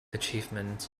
achievement